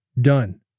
done